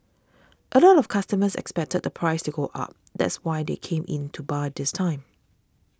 a lot of customers expected the price to go up that's why they came in to buy this time